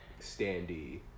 standee